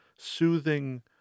Soothing